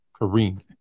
Kareem